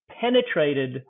penetrated